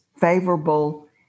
favorable